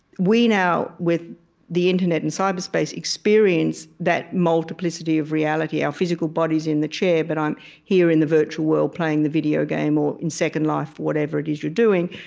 we now, with the internet and cyberspace, experience that multiplicity of reality our physical body is in the chair, but i'm here in the virtual world playing the video game or in second life, whatever it is you're doing.